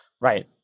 Right